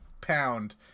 pound